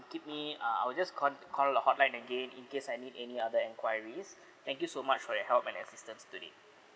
keep me err I will just con call the hotline again in case I need any other enquiries thank you so much for your help and assistance today